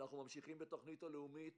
אנחנו ממשיכים בתוכנית הלאומית